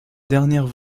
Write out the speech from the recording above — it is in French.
dernière